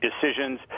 decisions